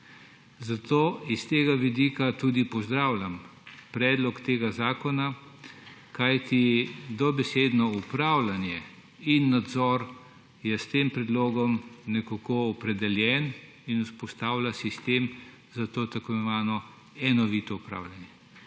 Zato s tega vidika tudi pozdravljam predlog tega zakona, kajti dobesedno upravljanje in nadzor je s tem predlogom nekako opredeljeno in vzpostavlja se sistem za to tako imenovano enovito upravljanje.